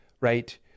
right